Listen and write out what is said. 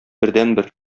бердәнбер